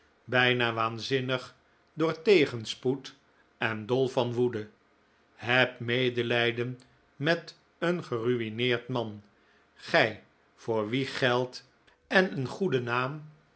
bijna waanzinnig door tegenspoed en dol van woede heb medelijden met een gerui'neerd man gij voor wien geld en een goede naam